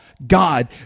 God